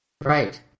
Right